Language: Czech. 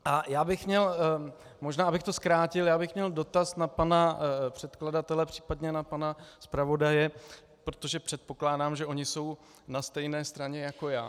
A možná abych to zkrátil, měl bych dotaz na pana předkladatele, případně na pana zpravodaje, protože předpokládám, že oni jsou na stejné straně jako já.